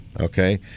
okay